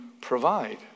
provide